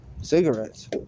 Cigarettes